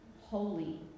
holy